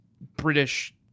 British